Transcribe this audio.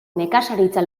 nekazaritza